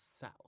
South